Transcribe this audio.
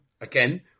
again